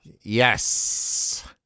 Yes